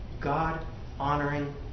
God-honoring